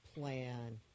plan